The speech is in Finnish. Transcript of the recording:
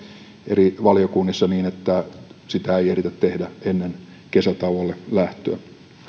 eri valiokunnissa niin että sitä ei ehditä tehdä ennen kesätauolle lähtöä